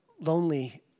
lonely